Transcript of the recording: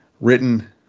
written